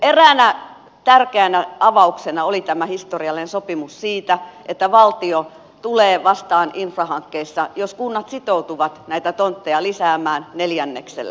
eräänä tärkeänä avauksena oli tämä historiallinen sopimus siitä että valtio tulee vastaan infrahankkeissa jos kunnat sitoutuvat näitä tontteja lisäämään neljänneksellä